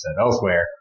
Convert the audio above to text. elsewhere